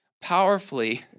powerfully